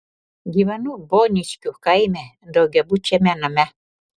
gyvenu boniškių kaime daugiabučiame name